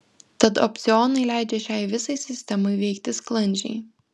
tad opcionai leidžia šiai visai sistemai veikti sklandžiai